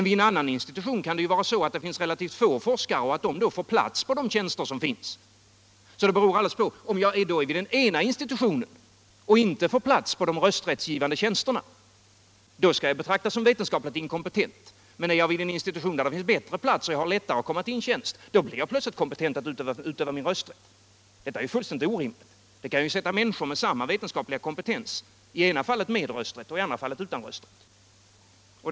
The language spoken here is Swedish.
Vid en annan institution kan det finnas relativt få forskare, som lättare kan få en tjänst vid institutionen. Om jag är vid ena institutionen och inte får någon av de rösträttsgivande tjänsterna. = där skall jag betraktas som vetenskapligt inkompetent, men är jag vid Forskningsrådsoren institution där det är bättre plats för tjänster, så att jag har lättare = ganisationen inom att få en tjänst, blir jag plötsligt kompetent att utöva min rösträtt. Detta — utbildningsdeparteär ju fullständigt orimligt. Det kan ju medföra att människor med samma =: mentet vetenskapliga kompetens i det ena fallet har rösträtt och i det andra fallet saknar rösträtt.